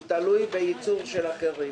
הוא תלוי בייצור של אחרים.